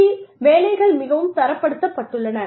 தொழிலில் வேலைகள் மிகவும் தரப்படுத்தப்பட்டுள்ளன